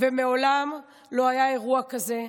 ומעולם לא היה אירוע כזה.